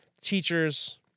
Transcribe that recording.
teachers